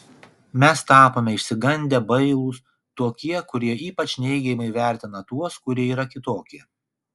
mes tapome išsigandę bailūs tokie kurie ypač neigiamai vertina tuos kurie yra kitokie